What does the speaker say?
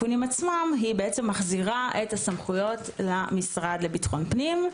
מחזירה את הסמכויות למשרד לביטחון פנים.